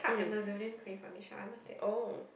mm oh